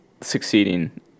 succeeding